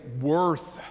worth